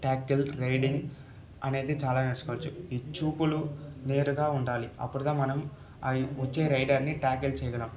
tackle raiding అనేది చాలా నేర్చుకోవచ్చు ఈ చూపులు నేరుగా ఉండాలి అప్పుడు మనం వచ్చే రైడర్ని టార్గెట్ చేయగలం